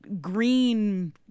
green